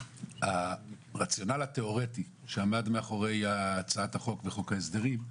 הרציונל התיאורטי שעמד מאחורי הצעת החוק בחוק ההסדרים,